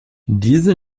diese